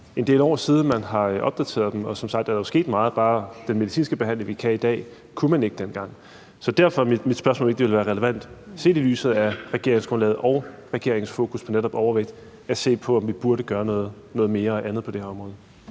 en del år siden, man har opdateret dem, og som sagt er der jo sket meget – bare den medicinske behandling, vi kan give i dag, kunne man ikke give dengang. Så derfor er mit spørgsmål, om ikke det ville være relevant, set i lyset af regeringsgrundlaget og regeringens fokus på netop overvægt, at se på, om vi burde gøre noget mere og andet på det her område.